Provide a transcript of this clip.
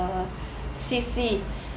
C_C